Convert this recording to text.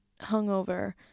hungover